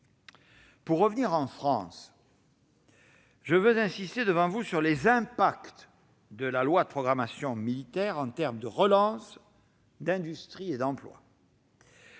Pour en revenir à la France, je veux insister devant vous sur les impacts de la loi de programmation militaire en termes de relance, d'industrie et d'emploi.